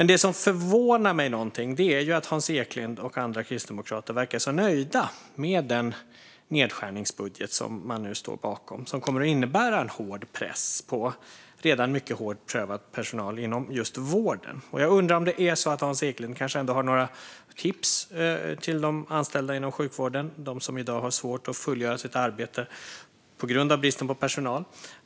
Det som förvånar mig är att Hans Eklind och andra kristdemokrater verkar så nöjda med den nedskärningsbudget man nu står bakom och som kommer att innebära en hård press på redan mycket hårt prövad personal inom just vården. Jag undrar om det är så att Hans Eklind har några tips till de anställda inom sjukvården, de som i dag har svårt att fullgöra sitt arbete på grund av bristen på personal.